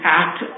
act